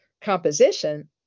composition